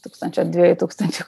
tūkstančio ir dviejų tūkstančių